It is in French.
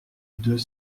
deux